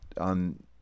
on